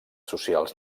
socials